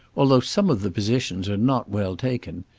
although some of the positions are not well taken.